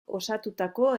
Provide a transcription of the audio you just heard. osatutako